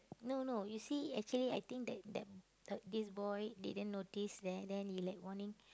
no no you see actually I think that that d~ this boy didn't notice then then he like warning